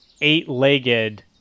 eight-legged